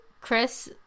Chris